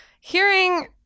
hearing